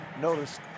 Notice